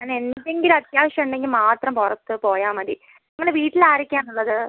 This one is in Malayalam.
അങ്ങനെ എന്തെങ്കിലും അത്യാവശ്യം ഉണ്ടെങ്കിൽ മാത്രം പുറത്ത് പോയാൽ മതി നിങ്ങളുടെ വീട്ടിൽ ആരൊക്കെയാണുള്ളത്